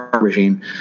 regime